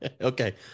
Okay